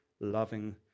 loving